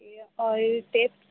اور ٹیپ